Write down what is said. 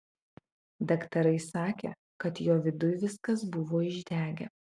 daktarai sakė kad jo viduj viskas buvo išdegę